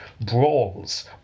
brawls